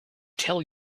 tell